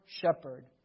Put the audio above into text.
shepherd